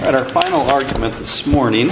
at our final argument this morning